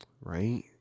right